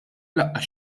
lanqas